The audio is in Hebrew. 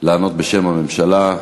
לענות בשם הממשלה.